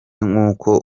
nk’uko